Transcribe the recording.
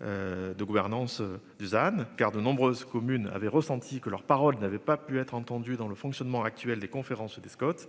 De gouvernance Dusan car de nombreuses communes avaient ressenti que leur parole n'avaient pas pu être entendu dans le fonctionnement actuel des conférences des Scott.